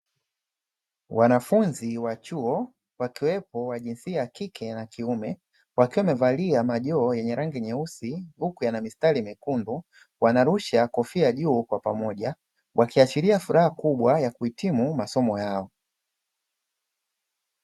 Wanafunzi wa chuo, wakiwepo wa jinsia ya kike na kiume, wakiwa wamevalia majoho yenye rangi nyeusi, huku yana mistari mekundu, wanarusha kofia juu kwa pamoja, wakiashiria furaha kubwa ya kuhitimu masomo yao.